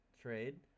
trade